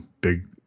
big